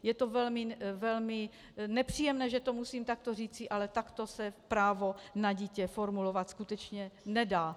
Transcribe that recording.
Je to velmi nepříjemné, že to musím takto říci, ale takto se právo na dítě formulovat skutečně nedá.